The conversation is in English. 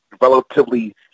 relatively